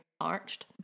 arched